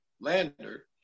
Lander